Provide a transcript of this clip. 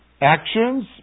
actions